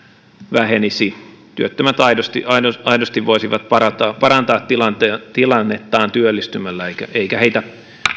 vähenisi työttömät aidosti aidosti voisivat parantaa tilannettaan työllistymällä eikä heitä